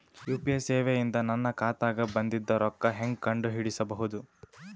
UPI ಸೇವೆ ಇಂದ ನನ್ನ ಖಾತಾಗ ಬಂದಿದ್ದ ರೊಕ್ಕ ಹೆಂಗ್ ಕಂಡ ಹಿಡಿಸಬಹುದು?